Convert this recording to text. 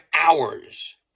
hours